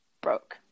broke